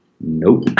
Nope